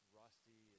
rusty